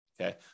okay